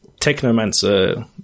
Technomancer